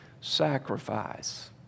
sacrifice